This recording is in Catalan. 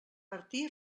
martí